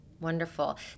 Wonderful